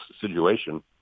situation